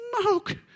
smoke